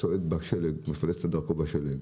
צועד בשלג, מפלס את דרכו בשלג,